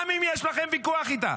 גם אם יש לכם ויכוח איתה,